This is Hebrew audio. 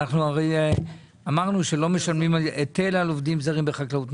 אנחנו הרי אמרנו שלא משלמים היטל על עובדים זרים בחקלאות.